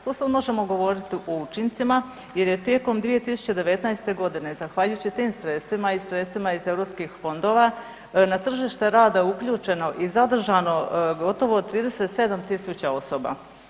Tu sad možemo govoriti o učincima jer je tijekom 2019. godine zahvaljujući tim sredstvima i sredstvima iz EU fondova na tržište rada uključeno i zadržano gotovo 37 000 osoba.